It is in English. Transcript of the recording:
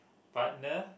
partner